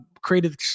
Created